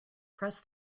press